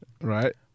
Right